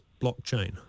blockchain